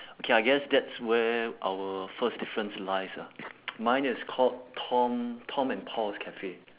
okay I guess that's where our first difference lies ah mine is called tom tom and paul's cafe